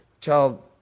Child